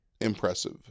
impressive